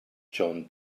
john